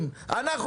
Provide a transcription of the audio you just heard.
לא